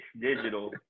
digital